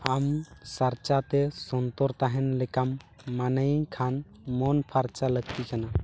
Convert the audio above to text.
ᱟᱢ ᱥᱟᱨᱪᱟᱛᱮ ᱥᱚᱱᱛᱚᱨ ᱛᱟᱦᱮᱱ ᱞᱮᱠᱟᱢ ᱢᱟᱱᱮᱭᱠᱷᱟᱱ ᱢᱚᱱ ᱯᱷᱟᱨᱪᱟ ᱞᱟᱹᱠᱛᱤ ᱠᱟᱱᱟ